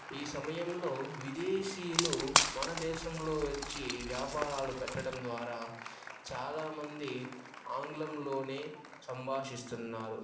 ఈ సమయంలో విదేశీయులు మన దేశంలో వచ్చి వ్యాపారాలు పెట్టడం ద్వారా చాలా మంది ఆంగ్లంలోనే సంభాషిస్తున్నారు